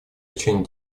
лечение